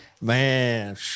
man